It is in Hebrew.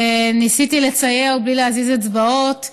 ניסיתי לצייר בלי להזיז אצבעות,